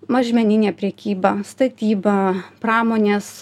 mažmeninė prekyba statyba pramonės